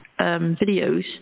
videos